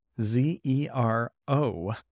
z-e-r-o